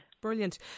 Brilliant